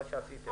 מה שעשיתם,